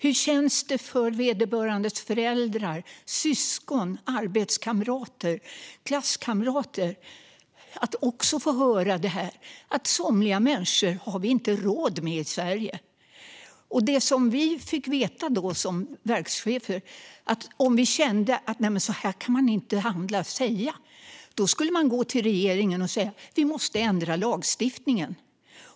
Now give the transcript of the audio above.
Hur känns det för vederbörandes föräldrar, syskon, arbetskamrater eller klasskamrater att också få höra att somliga människor har vi inte råd med i Sverige? Det som vi som verkschefer då fick veta var att om vi kände att så här kan man inte handla och säga skulle vi gå till regeringen och säga: Vi måste ändra lagstiftningen.